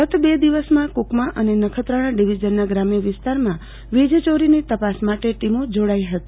ગત બે દિવસમાં કુકમા અને નખત્રાણા ડિવિઝનના ગ્રામ્ય વિસ્તારમાં વીજ ચોરીની તપાસ માટે ટીમો જોડાઈ ફતી